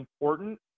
important